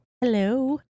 Hello